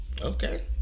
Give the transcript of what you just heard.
Okay